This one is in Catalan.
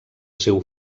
seu